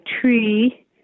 tree